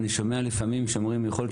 אני שומע לפעמים שאומרים יכול להיות